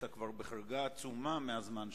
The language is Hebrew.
אתה כבר בחריגה עצומה מהזמן שלך.